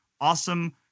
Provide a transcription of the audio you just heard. awesome